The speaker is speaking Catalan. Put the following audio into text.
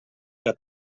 que